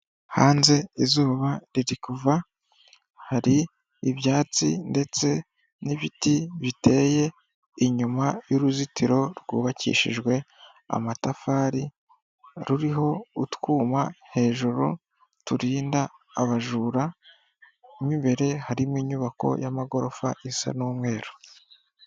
Hanze izuba riri kuva hari ibyatsi ndetse n'ibiti biteye inyuma y'uruzitiro rwubakishijwe amatafari ruriho utwuma hejuru turinda abajura, mo imbere harimo inyubako y'amagorofa isa n'umweru.